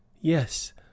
Yes